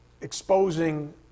exposing